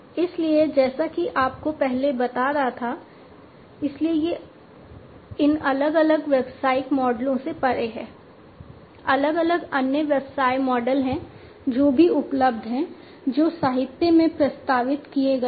इसलिए जैसा कि मैं आपको पहले बता रहा था इसलिए ये इन अलग अलग व्यावसायिक मॉडलों से परे हैं अलग अलग अन्य व्यवसाय मॉडल हैं जो भी उपलब्ध हैं जो साहित्य में प्रस्तावित किए गए हैं